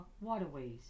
waterways